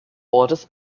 ortes